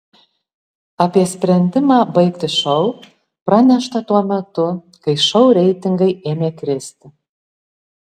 apie sprendimą baigti šou pranešta tuo metu kai šou reitingai ėmė kristi